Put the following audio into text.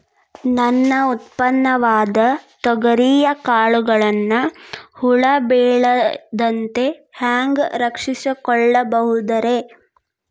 ನನ್ನ ಉತ್ಪನ್ನವಾದ ತೊಗರಿಯ ಕಾಳುಗಳನ್ನ ಹುಳ ಬೇಳದಂತೆ ಹ್ಯಾಂಗ ರಕ್ಷಿಸಿಕೊಳ್ಳಬಹುದರೇ?